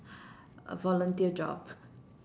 a volunteer job